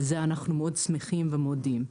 ועל זה אנחנו מאוד שמחים ומודים.